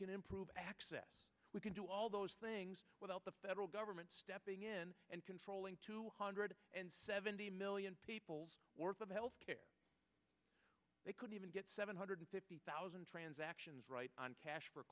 can improve access we can do all those things without the federal government stepping in and controlling two hundred seventy million people worth of health care they could even get seven hundred fifty thousand transactions right on cash for